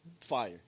fire